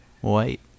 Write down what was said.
white